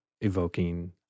evoking